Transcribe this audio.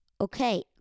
okay